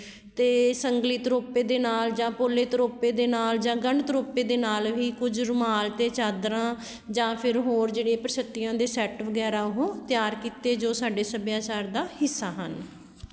ਅਤੇ ਸੰਗਲੀ ਤਰੋਪੇ ਦੇ ਨਾਲ ਜਾਂ ਪੋਲੇ ਤਰੋਪੇ ਦੇ ਨਾਲ ਜਾਂ ਗੰਢ ਤਰੋਪੇ ਦੇ ਨਾਲ ਵੀ ਕੁਝ ਰੁਮਾਲ ਅਤੇ ਚਾਦਰਾਂ ਜਾਂ ਫਿਰ ਹੋਰ ਜਿਹੜੇ ਪੜਛੱਤੀਆਂ ਦੇ ਸੈੱਟ ਵਗੈਰੇ ਉਹ ਤਿਆਰ ਕੀਤੇ ਜੋ ਸਾਡੇ ਸੱਭਿਆਚਾਰ ਦਾ ਹਿੱਸਾ ਹਨ